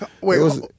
Wait